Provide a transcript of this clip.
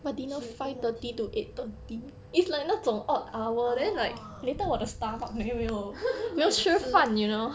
orh true